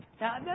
Now